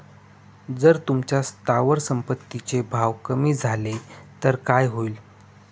जर तुमच्या स्थावर संपत्ती चे भाव कमी झाले तर काय होईल?